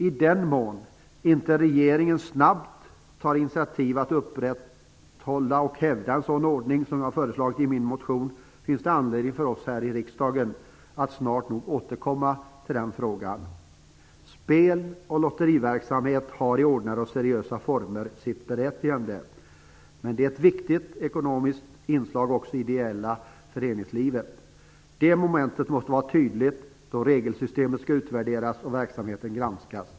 I den mån regeringen inte snabbt tar initiativ att upprätthålla och hävda en sådan ordning som jag har föreslagit i min motion finns det anledning för oss här i riksdagen att snart nog återkomma till den frågan. Spel och lotteriverksamhet har i ordnade och seriösa former sitt berättigande. Men det är ett viktigt ekonomiskt inslag också i det ideella föreningslivet. Det momentet måste vara tydligt då regelsystemet skall utvärderas och verksamheten granskas.